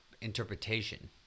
interpretation